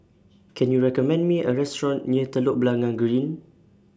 Can YOU recommend Me A Restaurant near Telok Blangah Green